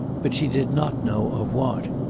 but she did not know of what.